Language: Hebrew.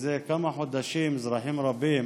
מזה כמה חודשים אזרחים רבים